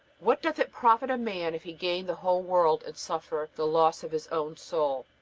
what doth it profit a man if he gain the whole world and suffer the loss of his own soul,